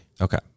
okay